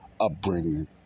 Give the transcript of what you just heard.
upbringing